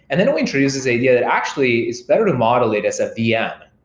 and then we introduced this idea that actually it's better to model it as a vm.